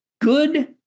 good